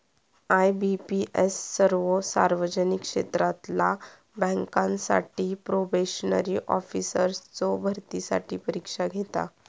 IBPS सर्वो सार्वजनिक क्षेत्रातला बँकांसाठी प्रोबेशनरी ऑफिसर्सचो भरतीसाठी परीक्षा घेता